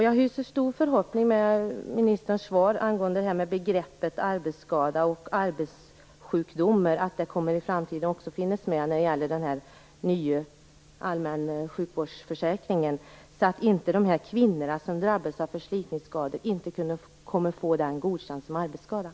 Jag hyser stor förhoppning över ministerns svar, att begreppen arbetsskada och arbetsjukdom också skall omfattas av den nya allmänna sjukvårdsförsäkringen, så att de kvinnor som drabbas av förslitningsskador kan få skadorna godkända som arbetsskador.